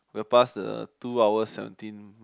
we'll pass the two hours seventeen mark